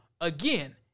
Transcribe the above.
again